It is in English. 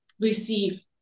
receive